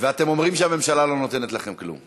ואתם אומרים שהממשלה לא נותנת לכם כלום.